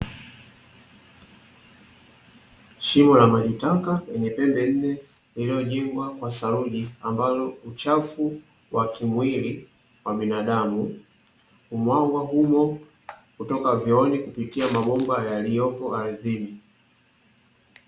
Shimo la maji taka lenye pembe nne, lililojengwa kwa saluji ambalo uchafu wa kimwili wa binadamu humwagwa humo kutokea vyooni kupitia mabomba yaliyoko ardhini.